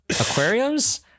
Aquariums